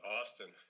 Austin